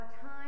time